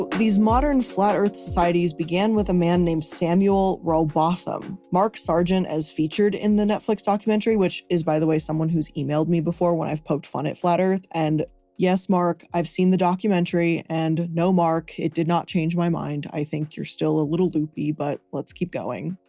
ah these modern flat earth societies began with a man named samuel rowbotham. mark sargent as featured in the netflix documentary which is by the way, someone who's emailed me before when i've poked fun at flat earth. and yes, mark, i've seen the documentary and no mark, it did not change my, i think you're still a little loopy, but let's keep going.